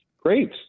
Great